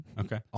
Okay